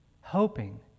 hoping